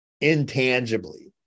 intangibly